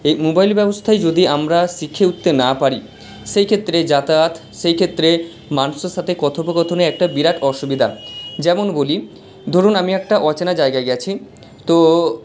এই মোবাইল ব্যবস্থায় যদি আমরা শিখে উঠতে না পারি সেই ক্ষেত্রে যাতায়াত সেই ক্ষেত্রে মানুষের সাথে কথোপকথনে একটা বিরাট অসুবিধা যেমন বলি ধরুন আমি একটা অচেনা জায়গায় গেছি তো